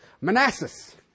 Manassas